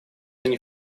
они